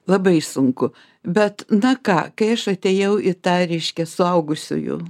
labai sunku bet na ką kai aš atėjau į tą reiškia suaugusiųjų